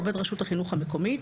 עובד רשות החינוך המקומית),